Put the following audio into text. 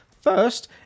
First